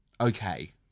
Okay